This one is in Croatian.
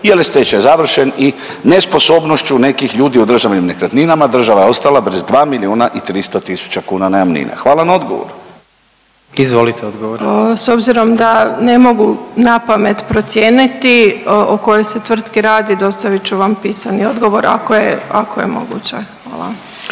je stečaj završen i nesposobnošću nekih ljudi u državnim nekretninama država je ostala bez 2 milijuna i 300 tisuća kuna najamnine. Hvala na odgovoru. **Jandroković, Gordan (HDZ)** Izvolite odgovor. **Bošnjak, Sanja** S obzirom da ne mogu na pamet procijeniti o kojoj se tvrtki radi dostavit ću vam pisani odgovor ako je moguće. Hvala.